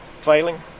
failing